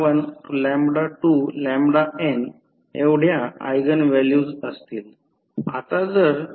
n एवढ्या again values असतील